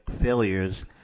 failures